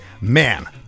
man